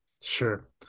Sure